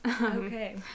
Okay